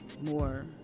more